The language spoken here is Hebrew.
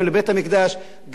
וגם תוך כדי,